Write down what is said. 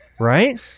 Right